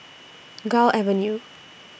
Gul Avenue